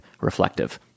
reflective